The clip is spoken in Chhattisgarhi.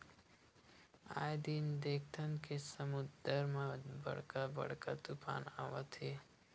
आए दिन देखथन के समुद्दर म बड़का बड़का तुफान आवत हे